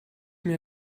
mir